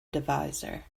divisor